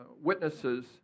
witnesses